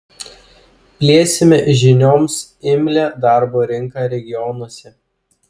plėsime žinioms imlią darbo rinką regionuose